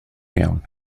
iawn